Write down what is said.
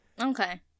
Okay